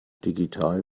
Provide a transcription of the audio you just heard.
digital